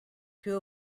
two